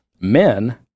Men